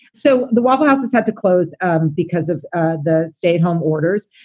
so the waffle houses had to close um because of the stay at home orders.